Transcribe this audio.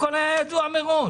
הכול היה ידוע מראש.